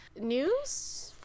News